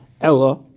ella